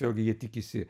vėlgi jie tikisi